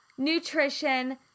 nutrition